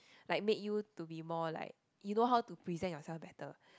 like make you to be more like you know how to present yourself better